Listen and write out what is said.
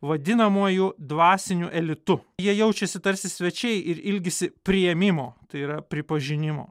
vadinamuoju dvasiniu elitu jie jaučiasi tarsi svečiai ir ilgisi priėmimo tai yra pripažinimo